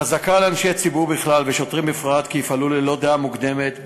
חזקה על אנשי ציבור בכלל ושוטרים בפרט כי יפעלו ללא דעה מוקדמת,